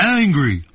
angry